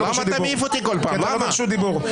אתה לא ברשות דיבור.